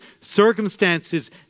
Circumstances